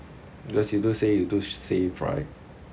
because you do say you so save right